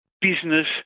business